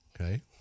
Okay